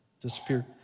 disappeared